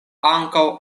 ankaŭ